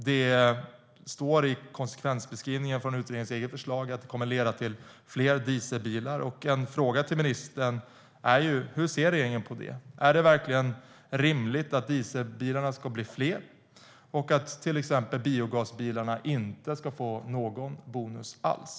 Det står i konsekvensbeskrivningen av utredningens eget förslag att det kommer att leda till fler dieselbilar. Hur ser regeringen på det? Är det verkligen rimligt att dieselbilarna ska bli fler och att till exempel biogasbilarna inte ska få någon bonus alls?